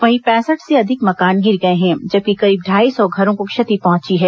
वहीं पैंसठ से अधिक मेकान गिर गए हैं जबकि करीब ढाई सौ घरों को क्षति पहुंची है